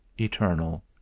eternal